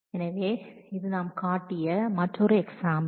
எனவே இது நாம் காட்டிய மற்றொரு எக்ஸாம்பிள்